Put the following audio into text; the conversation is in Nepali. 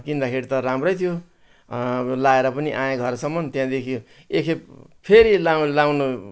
किन्दाखेरि त राम्रै थियो लाएर पनि आएँ घरसम्म त्यहाँदेखि एक खेप फेरि लाउन लाउनु